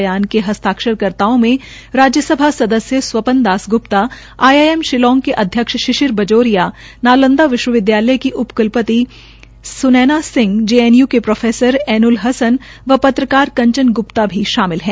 बयान के हस्ताक्षर कर्ताओं में राज्यसभा सदस्य Swapan Das Gupta I I M Shillong के अध्यक्ष शिशिर बजोरिया नालंदा विश्वविद्यालय की अपन कुलपति सुनैना सिंह जेएनयू के प्रोफेसर अन्ल हसन व पत्रकार कंचन गुप्ता शामिल है